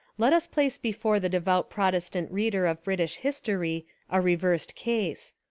let us place before the devout protestant reader of british history a reversed case.